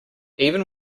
even